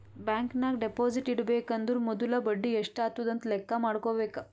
bank ನಾಗ್ deposit ಇಡಬೇಕ ಅಂದುರ್ ಮೊದುಲ ಬಡಿ ಎಸ್ಟ್ ಆತುದ್ ಅಂತ್ ಲೆಕ್ಕಾ ಮಾಡ್ಕೋಬೇಕ